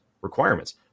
requirements